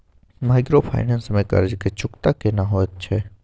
Microfinance में कर्ज के चुकता केना होयत छै?